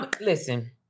Listen